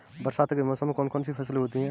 बरसात के मौसम में कौन कौन सी फसलें होती हैं?